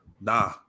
nah